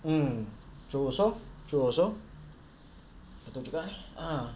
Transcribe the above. mm true also true also difficult ah